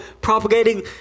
propagating